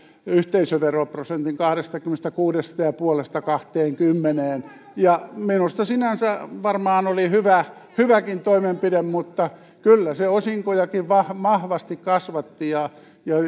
yhteisöveroprosentin kahdestakymmenestäkuudesta pilkku viidestä kahteenkymmeneen minusta se sinänsä varmaan oli hyväkin toimenpide mutta kyllä se osinkojakin vahvasti kasvatti ja